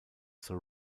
zur